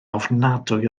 ofnadwy